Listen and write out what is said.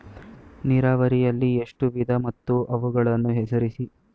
ನೀರಾವರಿಯಲ್ಲಿ ಎಷ್ಟು ವಿಧ ಮತ್ತು ಅವುಗಳನ್ನು ಹೆಸರಿಸಿ?